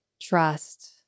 trust